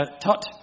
tut